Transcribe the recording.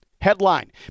Headline